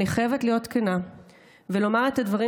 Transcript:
אני חייבת להיות כנה ולומר את הדברים